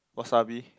wasabi